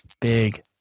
Big